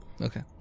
okay